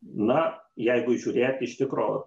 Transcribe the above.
na jeigu žiūrėti iš tikro